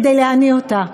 כדי להניא אותה.